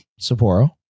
Sapporo